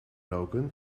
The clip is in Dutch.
roken